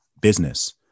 business